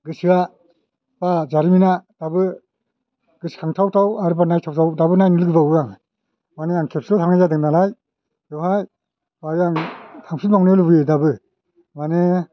गोसोआ बा जारिमिना दाबो गोसो खांथावथाव आरोबाव नाथावथाव दाबो नायनो लुबैबावो आं माने आं खेबसेल' थांनाय जादों नालाय बेवहाय बेवहाय आं थांफिनबावनो लुबैयो दाबो माने